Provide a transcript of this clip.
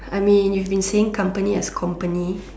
I mean you've been saying company as company